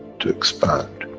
to expand.